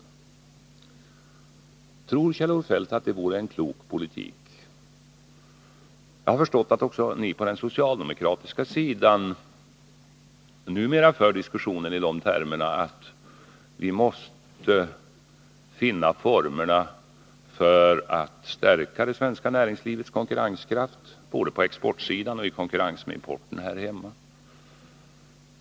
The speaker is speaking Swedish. Tror Kjell-Olof Feldt att det vore en klok politik? Jag har förstått att också ni på den socialdemokratiska sidan numera för diskussioner itermer av att vi måste finna formerna för att stärka det svenska näringslivets konkurrenskraft både på exportsidan och här hemma, i konkurrens med importen.